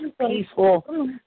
peaceful